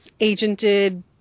agented